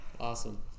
Awesome